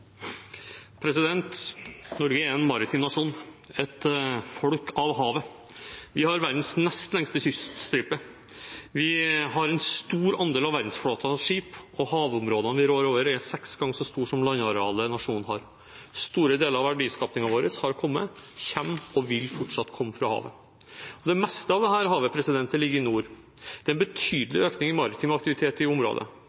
stor andel av verdensflåtens skip, og havområdene vi rår over, er seks ganger så store som landarealet nasjonen har. Store deler av verdiskapingen vår har kommet, kommer og vil fortsatt komme fra havet. Det meste av dette havet ligger i nord. Det er en